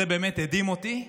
זה באמת הדהים אותי,